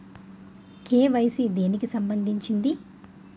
KYC దేనికి సంబందించింది?